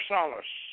Solace